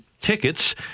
tickets